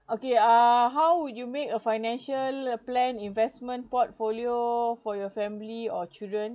okay uh how would you make a financial plan investment portfolio for your family or children